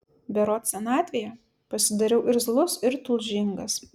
berods senatvėje pasidariau irzlus ir tulžingas